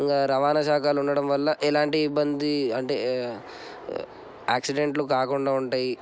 ఇంకా రవాణా శాఖలు ఉండడం వల్ల అంటే ఎలాంటి ఇబ్బంది అంటే యాక్సిడెంట్లు కాకుండా ఉంటాయి